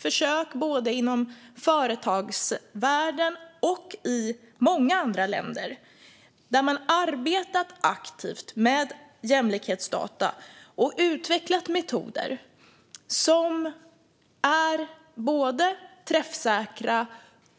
Det har både inom företagsvärlden och i många andra länder gjorts många försök där man arbetat aktivt med jämlikhetsdata och utvecklat metoder som både är träffsäkra